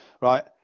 right